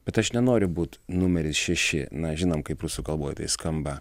bet aš nenoriu būt numeris šeši na žinom kaip rusų kalboj tai skamba